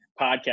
podcast